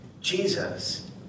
Jesus